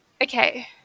okay